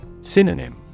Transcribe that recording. Synonym